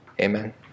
Amen